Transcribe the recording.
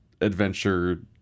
adventure